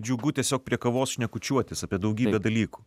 džiugu tiesiog prie kavos šnekučiuotis apie daugybę dalykų